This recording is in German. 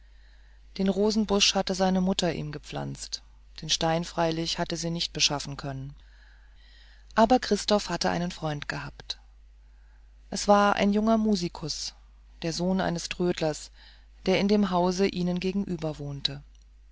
den rosenbusch hatte seine mutter ihm gepflanzt den stein freilich hatte sie nicht beschaffen können aber christoph hatte einen freund gehabt es war ein junger musikus der sohn eines trödlers der in dem haus ihnen gegenüber wohnte